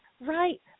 right